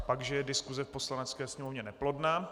Pak že je diskuse v Poslanecké sněmovně neplodná.